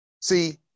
See